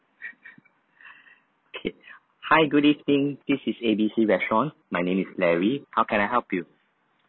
K hi good evening this is A B C restaurants my name is larry how can I help you